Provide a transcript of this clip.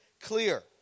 clear